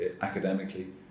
academically